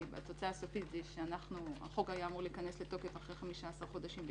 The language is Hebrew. כי בתוצאה הסופית החוק היה אמור להיכנס לתוקף אחר 15 חודשים,